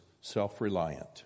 self-reliant